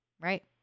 Right